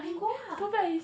then go ah